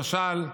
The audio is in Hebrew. למשל,